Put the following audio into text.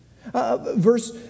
Verse